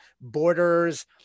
borders